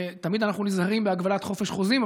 תמיד אנחנו נזהרים בהגבלת חופש חוזים,